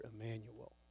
Emmanuel